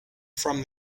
from